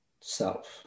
self